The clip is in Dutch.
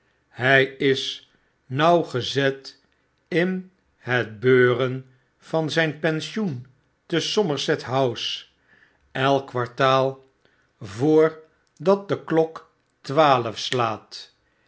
hjj is nauwgezet in het beuren van zn pensioen te somerset house elk kwartaal voor dat de klok twaalf slaat